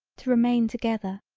to remain together,